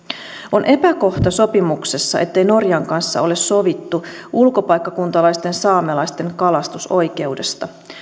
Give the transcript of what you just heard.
on epäkohta sopimuksessa ettei norjan kanssa ole sovittu ulkopaikkakuntalaisten saamelaisten kalastusoikeudesta